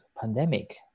pandemic